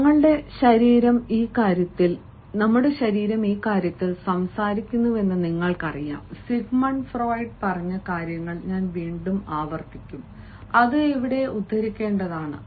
ഞങ്ങളുടെ ശരീരം ഇക്കാര്യത്തിൽ സംസാരിക്കുന്നുവെന്ന് നിങ്ങൾക്കറിയാം സിഗ്മണ്ട് ഫ്രോയിഡ് പറഞ്ഞ കാര്യങ്ങൾ ഞാൻ വീണ്ടും ആവർത്തിക്കും അത് ഇവിടെ ഉദ്ധരിക്കേണ്ടതാണ്